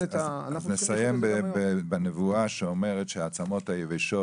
אז אנחנו נסיים בנבואה שאומרת שהעצמות היבשות